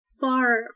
far